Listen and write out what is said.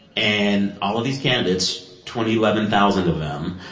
and all of these candidates twenty eleven thousand of them.